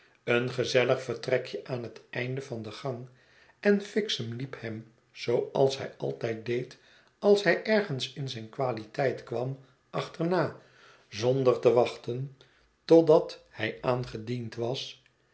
een gezellig vertrekje aan het einde van den gang en fixem liep hem zooals hij altijd deed als hij ergens in zijn kwaliteit kwam achterna zonder te wachten totdat hij aangediend was